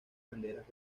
banderas